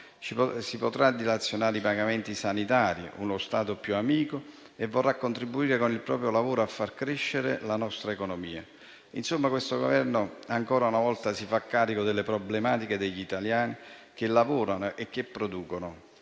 Si potranno dilazionare i pagamenti sanitari, con uno Stato più amico verso chi vorrà contribuire con il proprio lavoro a far crescere la nostra economia. Insomma, questo Governo ancora una volta si fa carico delle problematiche degli italiani che lavorano e producono,